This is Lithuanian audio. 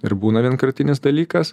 ir būna vienkartinis dalykas